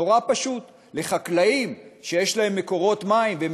נורא פשוט: לחקלאים שיש להם מקורות מים והם